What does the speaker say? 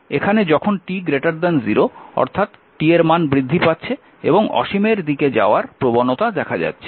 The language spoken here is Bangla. এখানে যখন t 0 অর্থাৎ t এর মান বৃদ্ধি পাচ্ছে এবং অসীমের দিকে যাওয়ার প্রবণতা দেখা যাচ্ছে